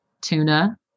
tuna